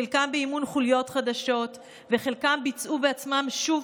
חלקם באימון חוליות חדשות וחלקם ביצעו בעצמם שוב